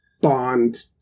Bond